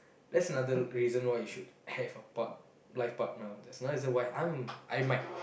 that's another reason why you should have a part~ life partner that's another reason why I'm I might